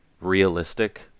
realistic